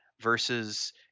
Versus